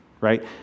right